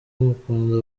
bamukunda